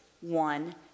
one